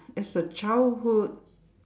as a childhood